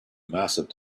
massive